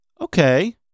Okay